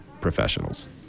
professionals